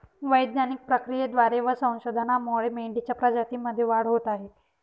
वैज्ञानिक प्रक्रियेद्वारे व संशोधनामुळे मेंढीच्या प्रजातीमध्ये वाढ होत आहे